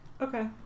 Okay